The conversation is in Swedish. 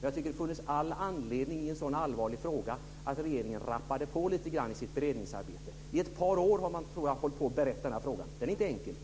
Jag tycker att det hade funnits all anledning för regeringen att rappa på lite grann i sitt beredningsarbete i en sådan allvarlig fråga. I ett par år har man, tror jag, berett denna fråga. Den är inte enkel.